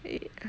eh